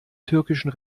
türkischen